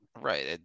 Right